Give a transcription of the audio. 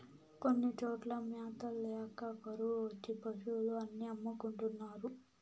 కొన్ని చోట్ల మ్యాత ల్యాక కరువు వచ్చి పశులు అన్ని అమ్ముకుంటున్నారు